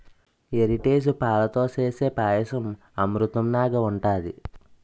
Heritage పాలతో సేసే పాయసం అమృతంనాగ ఉంటది